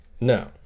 No